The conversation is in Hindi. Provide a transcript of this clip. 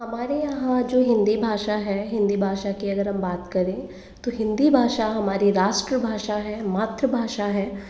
हमारे यहाँ जो हिंदी भाषा है हिंदी भाषा की अगर हम बात करें तो हिंदी भाषा हमारी राष्ट्र भाषा है मातृ भाषा है